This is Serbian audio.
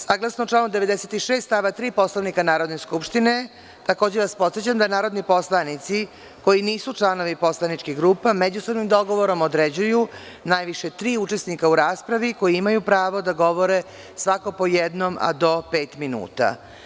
Saglasno članu 96. stav 3. Poslovnika Narodne skupštine, takođe vas podsećam da narodni poslanici koji nisu članovi poslaničkih grupa međusobnim dogovorom određuju najviše tri učesnika u raspravi koji imaju pravo da govore, svako po jednom a do petminuta.